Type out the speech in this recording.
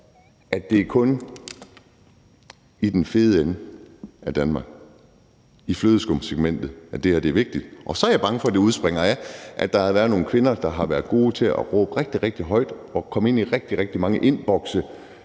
at det kun er i den fede ende af Danmark, i flødeskumssegmentet, at det her er vigtigt. Og så er jeg også bange for, at det udspringer af, at der har været nogle kvinder, der har været gode til at råbe rigtig, rigtig højt og komme ind i rigtig, rigtig mange indbokse